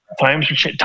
Times